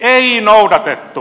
ei noudatettu